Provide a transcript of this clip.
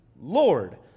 lord